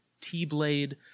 t-blade